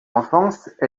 enfance